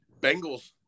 bengals